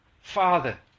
Father